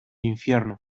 infierno